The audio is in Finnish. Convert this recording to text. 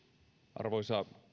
arvoisa